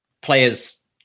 players